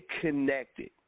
connected